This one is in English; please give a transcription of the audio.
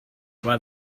while